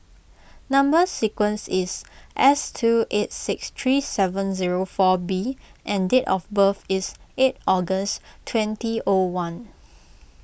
Number Sequence is S two eight six three seven zero four B and date of birth is eight August twenty O one